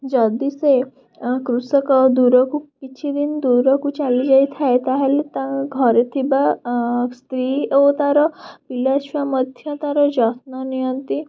ଯଦି ସେ କୃଷକ ଦୂରକୁ କିଛିଦିନ ଦୂରକୁ ଚାଲି ଯାଇଥାଏ ତାହାଲେ ତା ଘରେଥିବା ଅଁ ସ୍ତ୍ରୀ ଓ ତାର ପିଲାଛୁଆ ମଧ୍ୟ ତାର ଯତ୍ନ ନିଅନ୍ତି